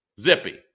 Zippy